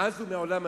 מאז ומעולם,